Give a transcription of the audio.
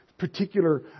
particular